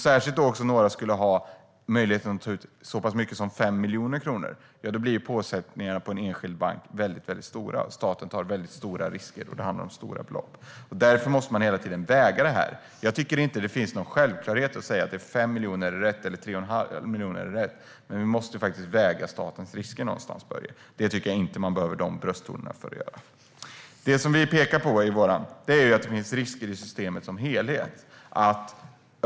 Särskilt om några skulle ha möjligheten att ta ut så pass mycket som 5 miljoner kronor blir påfrestningarna på en enskild bank väldigt stora. Staten tar stora risker, för det handlar om stora belopp. Därför måste man hela tiden väga av det här. Jag tycker inte att det finns någon självklarhet i att 5 miljoner eller 3 1⁄2 miljoner är rätt, men vi måste faktiskt väga av statens risker någonstans, Börje Vestlund. Det tycker jag inte man behöver ta till sådana brösttoner för. Det vi pekar på är att det finns risker i systemet som helhet.